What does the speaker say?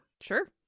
Sure